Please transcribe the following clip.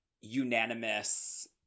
unanimous